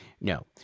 No